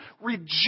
Reject